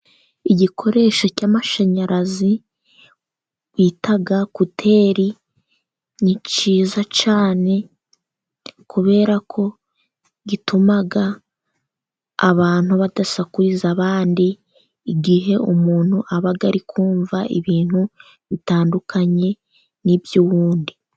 Igikoresho cy'amashanyarazi bita kuteri, ni cyiza cyane, kubera ko gituma abantu badasakuriza abandi, igihe umuntu aba ari kumva ibintu bitandukanye n'iby'ubundi.